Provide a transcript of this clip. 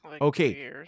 Okay